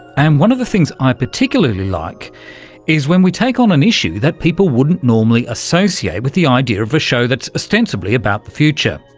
and one of the things i particularly like is when we take on an issue that people wouldn't normally associate with the idea of a show that's ostensibly about the future.